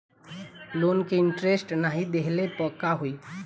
Loan के interest नाही देहले पर का होई?